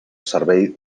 servei